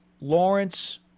Lawrence